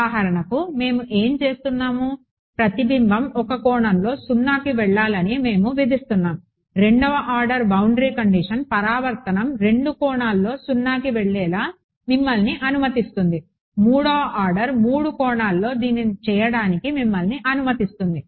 ఉదాహరణకు మేము ఏమి చేస్తున్నాము ప్రతిబింబం ఒక కోణంలో 0కి వెళ్లాలని మేము విధిస్తున్నామురెండవ ఆర్డర్ బౌండరీ కండిషన్ పరావర్తనం 2 కోణాల్లో 0కి వెళ్లేలా మిమ్మల్ని అనుమతిస్తుంది 3వ ఆర్డర్ 3 కోణాల్లో దీన్ని చేయడానికి మిమ్మల్ని అనుమతిస్తుంది